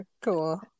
cool